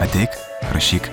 ateik rašyk